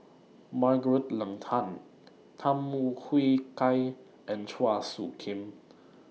Margaret Leng Tan Tham Yui Kai and Chua Soo Khim